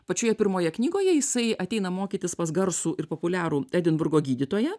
pačioje pirmoje knygoje jisai ateina mokytis pas garsų ir populiarų edinburgo gydytoją